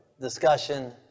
discussion